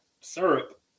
syrup